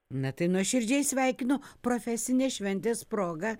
na tai nuoširdžiai sveikinu profesinės šventės proga